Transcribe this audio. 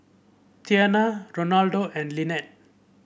Tiana Ronaldo and Linette